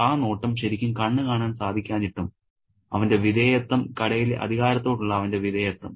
ആ നോട്ടം ശരിക്കും കണ്ണ് കാണാൻ സാധിക്കാഞ്ഞിട്ടും അവന്റെ വിധേയത്വം കടയിലെ അധികാരത്തോടുള്ള അവന്റെ വിധേയത്വം